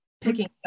picking